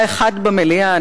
היה אחד במליאה,